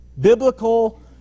biblical